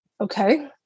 Okay